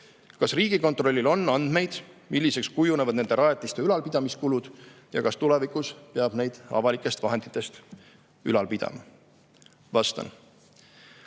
Kas Teil on andmeid, milliseks kujunevad nende rajatiste ülalpidamiskulud ja kas tulevikus peab neid avalikest vahenditest ülal pidama?"